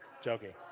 Joking